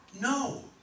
no